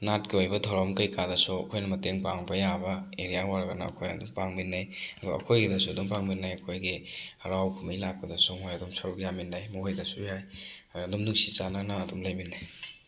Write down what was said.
ꯅꯥꯠꯀꯤ ꯑꯣꯏꯕ ꯊꯧꯔꯝ ꯀꯩꯀꯥꯗꯁꯨ ꯑꯩꯈꯣꯏꯅ ꯃꯇꯦꯡ ꯄꯥꯡꯕ ꯌꯥꯕ ꯑꯔꯤꯌꯥ ꯑꯣꯏꯔꯒꯅ ꯑꯩꯈꯣꯏ ꯑꯗꯨꯝ ꯄꯥꯡꯃꯤꯟꯅꯩ ꯑꯗꯣ ꯑꯩꯈꯣꯏꯒꯤꯗꯁꯨ ꯑꯗꯨꯝ ꯄꯥꯡꯃꯤꯟꯅꯩ ꯑꯩꯈꯣꯏꯒꯤ ꯍꯔꯥꯎ ꯀꯨꯝꯍꯩ ꯂꯥꯛꯄꯗꯁꯨ ꯑꯩꯈꯣꯏ ꯑꯗꯨꯝ ꯁꯔꯨꯛ ꯌꯥꯃꯤꯟꯅꯩ ꯃꯈꯣꯏꯗꯁꯨ ꯌꯥꯏ ꯑꯗꯨꯝ ꯅꯨꯡꯁꯤ ꯆꯥꯟꯅꯅ ꯑꯗꯨꯝ ꯂꯩꯃꯤꯟꯅꯩ